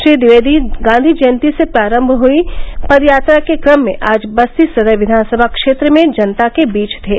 श्री ट्विवेदी गांधी जयंती से प्रारम्भ हुयी पदयात्रा के क्रम में आज बस्ती सदर विधानसभा क्षेत्र में जनता के बीच थे